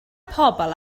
pobl